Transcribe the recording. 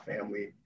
family